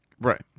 Right